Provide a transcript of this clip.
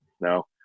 No